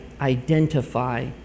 identify